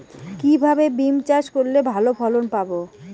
কিভাবে বিম চাষ করলে ভালো ফলন পাব?